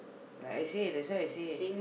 like I say that's why I say